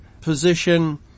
position